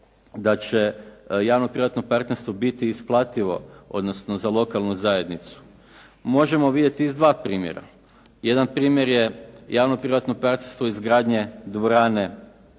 da će javno-privatno partnerstvo biti isplativo odnosno za lokalnu zajednicu, možemo vidjeti iz dva primjera. Jedan primjer je javno-privatno partnerstvo izgradnje dvorane